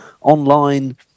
online